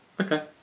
okay